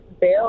bill